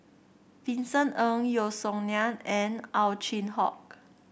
Vincent Ng Yeo Song Nian and Ow Chin Hock